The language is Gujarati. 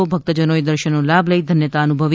જેનો ભક્તજનોએ દર્શનનો લાભ લઇ ધન્યતા અનુભવી